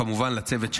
כמובן לצוות שלי,